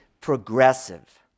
progressive